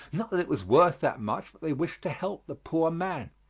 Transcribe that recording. not that it was worth that much, but they wished to help the poor man.